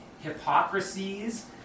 hypocrisies